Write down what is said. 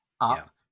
up